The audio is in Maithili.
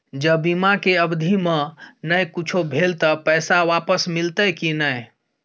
ज बीमा के अवधि म नय कुछो भेल त पैसा वापस मिलते की नय?